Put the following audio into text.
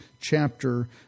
chapter